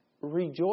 rejoice